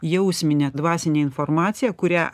jausminę dvasinę informaciją kurią